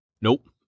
Nope